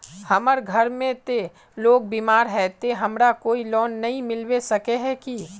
हमर घर में ते लोग बीमार है ते हमरा कोई लोन नय मिलबे सके है की?